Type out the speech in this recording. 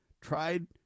tried